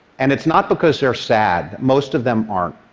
and it's not because they're sad. most of them aren't.